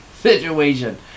situation